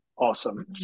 Awesome